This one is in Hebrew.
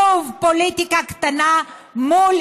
שוב, פוליטיקה קטנה מול